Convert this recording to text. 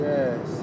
Yes